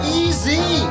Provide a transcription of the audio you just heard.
easy